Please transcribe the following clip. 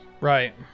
Right